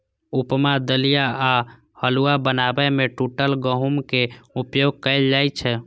उपमा, दलिया आ हलुआ बनाबै मे टूटल गहूमक उपयोग कैल जाइ छै